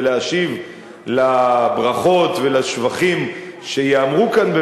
להשיב על ברכות ועל השבחים שייאמרו כאן,